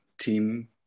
team